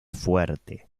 fuerte